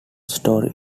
story